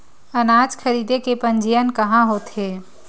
अनाज खरीदे के पंजीयन कहां होथे?